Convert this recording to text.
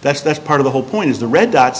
that's that's part of the whole point is the re